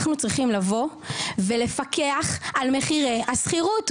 אנחנו צריכים לבוא ולפקח על מחירי השכירות,